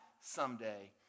someday